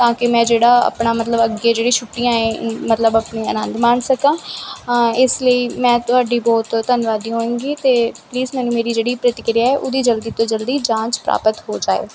ਤਾਂ ਕਿ ਮੈਂ ਜਿਹੜਾ ਆਪਣਾ ਮਤਲਬ ਅੱਗੇ ਜਿਹੜੀ ਛੁੱਟੀਆਂ ਏ ਮਤਲਬ ਆਪਣੇ ਆਨੰਦ ਮਾਣ ਸਕਾਂ ਹਾਂ ਇਸ ਲਈ ਮੈਂ ਤੁਹਾਡੀ ਬਹੁਤ ਧੰਨਵਾਦੀ ਹੋਵਾਂਗੀ ਅਤੇ ਪਲੀਜ਼ ਮੈਨੂੰ ਮੇਰੀ ਜਿਹੜੀ ਪ੍ਰਤੀਕਿਰਿਆ ਹੈ ਉਹਦੀ ਜਲਦੀ ਤੋਂ ਜਲਦੀ ਜਾਂਚ ਪ੍ਰਾਪਤ ਹੋ ਜਾਏ